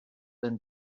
been